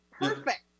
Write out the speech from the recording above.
perfect